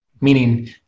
meaning